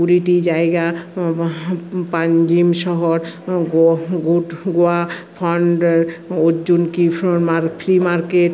কুড়িটি জায়গা পানজিম শহর গোট গোয়া ফন্ড অঞ্জুনা ফি ফো ফ্লি মার্কেট